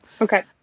Okay